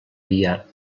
biar